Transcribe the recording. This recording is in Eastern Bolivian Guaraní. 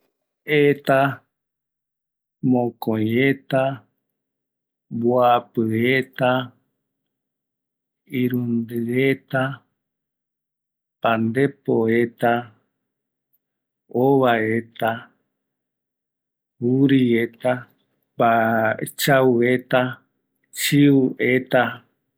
Mbaetɨ, eta, mokoï eta, mboapɨ eta, irundɨ eta, pandepo eta, ova eta, chiu eta, juri eta, chau eta